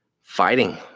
fighting